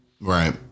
Right